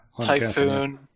Typhoon